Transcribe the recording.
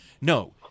No